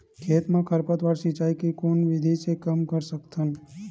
खेत म खरपतवार सिंचाई के कोन विधि से कम कर सकथन?